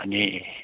अनि